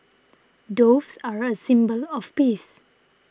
doves are a symbol of peace